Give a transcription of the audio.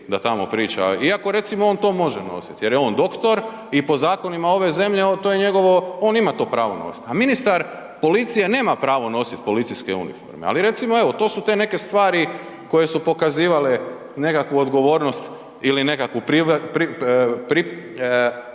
da tamo priči iako recimo on to može nosit jer je on doktor i po zakonima ove zemlje to je njegovo, on ima pravo to nosit, a ministar policije nema pravo nosit policijske uniforme. Ali recimo evo to su te neke stvari koje su pokazivale nekakvu odgovornost ili nekakvu, ajde